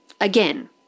again